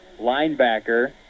linebacker